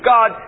God